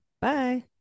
Bye